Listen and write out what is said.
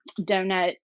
donut